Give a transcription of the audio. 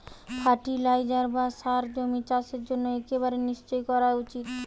fertiliser বা সার জমির চাষের জন্য একেবারে নিশ্চই করা উচিত